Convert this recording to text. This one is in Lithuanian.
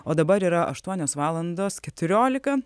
o dabar yra aštuonios valandos keturiolika